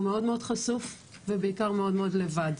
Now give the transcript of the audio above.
והוא מאוד, מאוד חשוף ובעיקר מאוד, מאוד לבד.